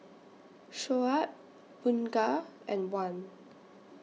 Shoaib Bunga and Wan